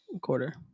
quarter